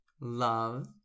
Love